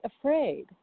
afraid